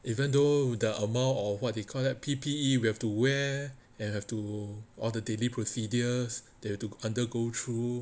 even though the amount of what do you call that P_P_E we have to wear and have to or the daily procedures they have to undergo through